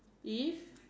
is